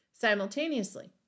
simultaneously